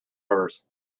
hers